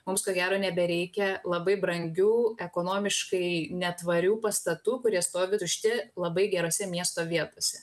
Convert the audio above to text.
mums ko gero nebereikia labai brangių ekonomiškai netvarių pastatų kurie stovi tušti labai gerose miesto vietose